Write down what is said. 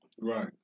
Right